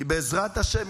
כי בעזרת השם,